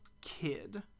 kid